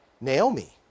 Naomi